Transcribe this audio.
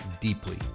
deeply